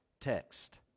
text